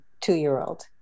two-year-old